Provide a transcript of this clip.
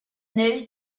those